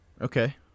Okay